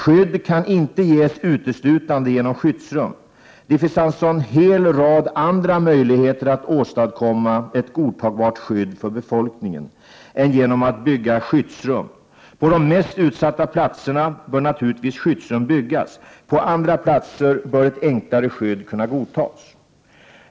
Skydd kan inte ges uteslutande genom skyddsrum. Det finns alltså en hel rad andra möjligheter att åstadkomma ett godtagbart skydd för befolkningen än genom att bygga skyddsrum. På de mest utsatta platserna bör naturligtvis skyddsrum byggas, på andra platser bör ett enklare skydd kunna godtas.